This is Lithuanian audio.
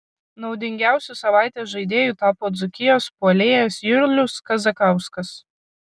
naudingiausiu savaitės žaidėju tapo dzūkijos puolėjas julius kazakauskas